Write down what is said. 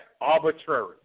arbitrary